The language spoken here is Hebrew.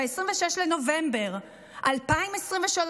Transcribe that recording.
ב-26 בנובמבר 2023,